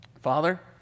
Father